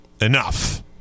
enough